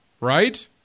Right